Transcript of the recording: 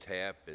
tap